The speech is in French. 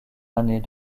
année